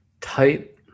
tight